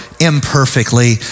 imperfectly